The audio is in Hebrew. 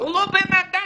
הוא לא בן אדם.